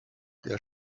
der